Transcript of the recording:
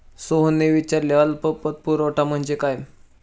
सोहनने विचारले अल्प पतपुरवठा म्हणजे काय?